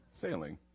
failing